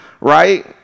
right